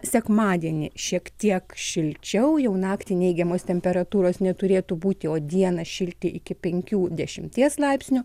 sekmadienį šiek tiek šilčiau jau naktį neigiamos temperatūros neturėtų būti o dieną šilti iki penkių dešimies laipsnių